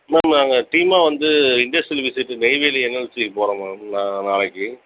ma'am நாங்கள் டீமாக வந்து இண்டஸ்ட்ரியல் விசிட்டு நெய்வேலி என்எல்சிக்கு போகிறோம் மேம் நான் நாளைக்கு